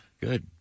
Good